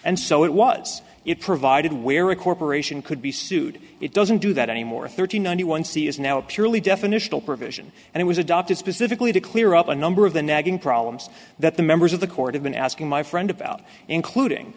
and so it was it provided where a corporation could be sued it doesn't do that anymore thirty nine one c is now a purely definitional provision and it was adopted specifically to clear up a number of the nagging problems that the members of the court have been asking my friend about including